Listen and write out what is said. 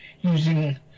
using